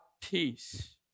peace